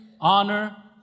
honor